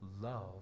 love